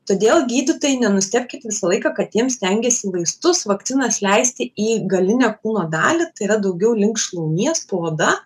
todėl gydytojai nenustebkit visą laiką katėms stengiasi vaistus vakcinas leisti į galinę kūno dalį tai yra daugiau link šlaunies po oda